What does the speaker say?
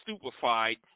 stupefied